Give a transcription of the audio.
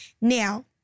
Now